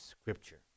Scripture